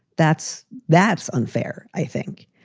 that's that's unfair, i think.